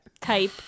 type